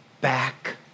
back